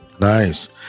Nice